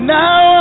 now